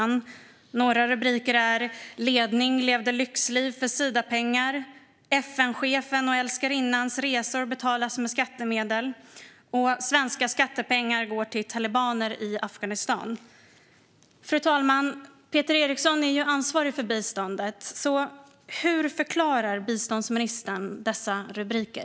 Några rubriker är "Ledning levde lyxliv för Sida-pengar", "FN-chefens och älskarinnans resor betalas med skattemedel" och "Svenska skattepengar går till talibanerna i Afghanistan". Fru talman! Peter Eriksson är ju ansvarig för biståndet, så hur förklarar biståndsministern dessa rubriker?